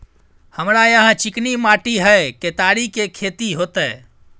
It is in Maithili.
हमरा यहाँ चिकनी माटी हय केतारी के खेती होते?